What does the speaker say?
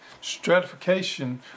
Stratification